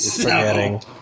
Forgetting